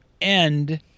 end